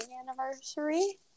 anniversary